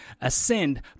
ascend